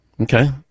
Okay